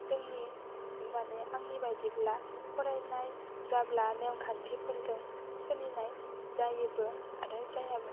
जोंनि माने आंनि बायदिब्ला फरायनाय जाब्ला नेमखान्थिफोरजों सोलिनाय जायोबो आरो जायाबो